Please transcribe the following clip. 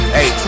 Hey